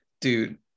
Dude